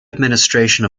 administration